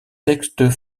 textes